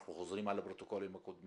אנחנו חוזרים על הפרוטוקולים הקודמים,